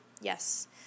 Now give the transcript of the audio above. yes